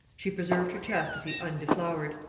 she preserved her chastity undeflowered.